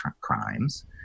crimes